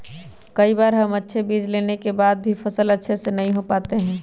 कई बार हम अच्छे बीज लेने के बाद भी फसल अच्छे से नहीं हो पाते हैं?